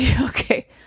Okay